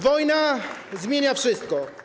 Wojna zmienia wszystko.